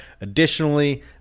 Additionally